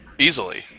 Easily